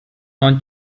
non